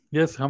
yes